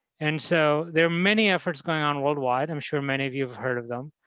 and so there are many efforts going on worldwide i'm sure many of you have heard of them.